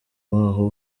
waho